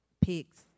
pigs